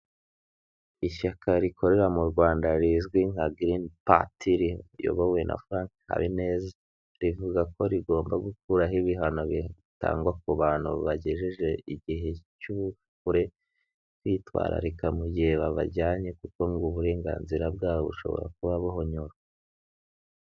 Ishyaka rikorera mu Rwanda rizwi nka Green Party, riyobowe na Frank Habineza, rivuga ko rigomba gukuraho ibihano bitangwa ku bantu bagejeje igihe cy'ubukure, bitwararika mu gihe babajyanye kuko ngo uburenganzira bwabo bushobora kuba buhonyora.